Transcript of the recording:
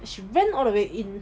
she ran all the way in